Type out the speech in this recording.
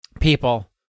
People